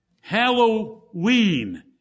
Halloween